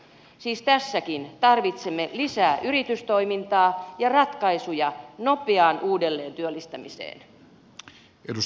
siis tässäkin tarvitsemme lisää yritystoimintaa ja ratkaisuja nopeaan uudelleentyöllistämiseen